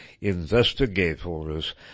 investigators